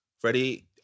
Freddie